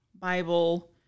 bible